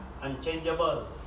unchangeable